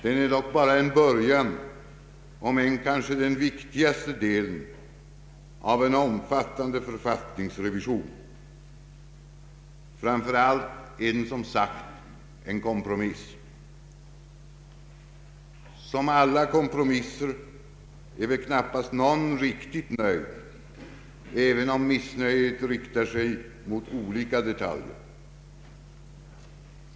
Den är dock bara en början om än kanske den viktigaste delen av en omfattande författningsrevision. Framför allt är den som sagt en kompromiss. Som vid alla kompromisser är väl knappast någon riktigt nöjd även om missnöjet riktar sig mot olika detaljer.